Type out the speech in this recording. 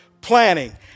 planning